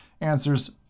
answers